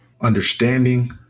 understanding